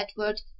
edward